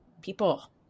people